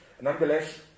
Nonetheless